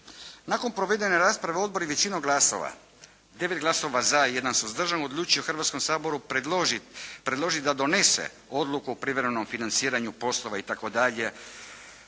Nakon provedene rasprave Odbor je većinom glasova, 9 glasova za i jedan suzdržan odlučio Hrvatskom saboru predložiti da donese odluku o privremenom financiranju poslova itd.